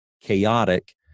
chaotic